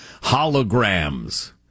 holograms